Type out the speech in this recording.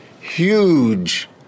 huge